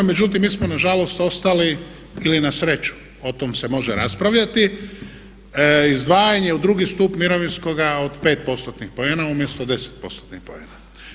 Međutim, mi smo nažalost ostali ili na sreću, o tom se može raspravljati, izdvajanje u drugi stup mirovinskoga od 5%-tnih poena umjesto 10%-tnih poena.